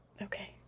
Okay